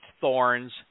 thorns